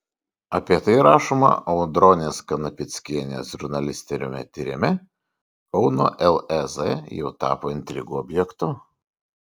apie tai rašoma audronės kanapickienės žurnalistiniame tyrime kauno lez jau tapo intrigų objektu